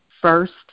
First